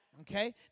okay